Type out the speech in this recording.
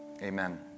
Amen